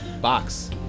Box